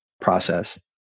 process